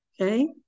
Okay